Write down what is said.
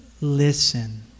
listen